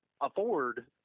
afford